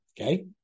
Okay